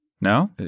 no